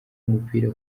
umupira